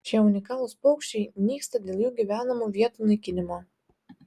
šie unikalūs paukščiai nyksta dėl jų gyvenamų vietų naikinimo